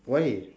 why